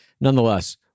Nonetheless